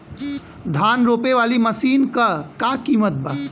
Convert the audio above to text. धान रोपे वाली मशीन क का कीमत बा?